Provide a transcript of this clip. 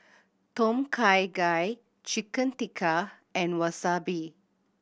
Tom Kha Gai Chicken Tikka and Wasabi